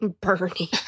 Bernie